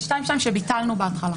מה שביטלנו בהתחלה.